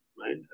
right